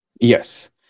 Yes